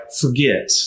forget